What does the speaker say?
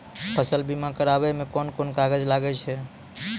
फसल बीमा कराबै मे कौन कोन कागज लागै छै?